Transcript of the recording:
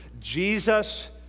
Jesus